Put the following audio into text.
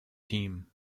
team